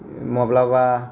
माब्लाबा